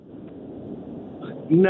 No